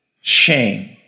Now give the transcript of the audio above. shame